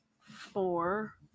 four